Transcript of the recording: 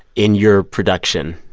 in your production,